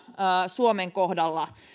suomen kohdalla